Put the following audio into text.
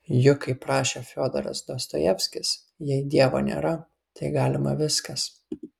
juk kaip rašė fiodoras dostojevskis jei dievo nėra tai galima viskas